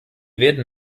werden